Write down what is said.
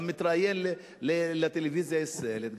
וגם מתראיין לטלוויזיה הישראלית,